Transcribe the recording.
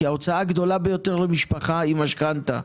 כי ההוצאה הגדולה ביותר למשפחה היא משכנתא.